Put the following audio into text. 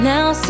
Now